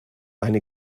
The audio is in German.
eine